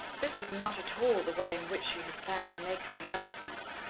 this was not at all the way in which she had planned to make her announcements.